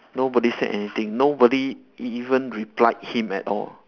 nobody said anything nobody e~ even replied him at all